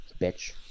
Bitch